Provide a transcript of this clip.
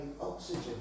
oxygen